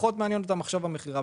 פחות מעניין אתם המכירה.